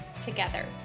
together